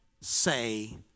say